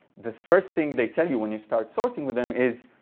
the first thing they tell you when you start sorting with them is,